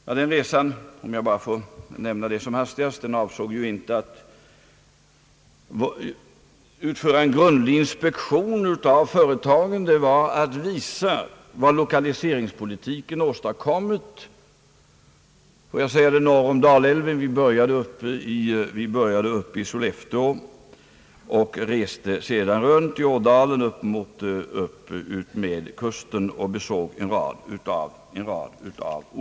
Denna resa — om jag får nämna det som hastigast — avsåg ju inte en grundlig inspektion av företagen, utan syftet var att visa vad lokaliseringspolitiken åstadkommit norr om Dalälven. Vi började i Sollefteå och reste sedan runt i Ådalen utmed kusten och besåg en rad orter.